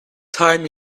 time